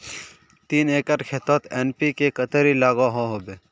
तीन एकर खेतोत एन.पी.के कतेरी लागोहो होबे?